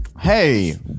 Hey